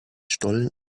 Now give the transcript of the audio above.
stollen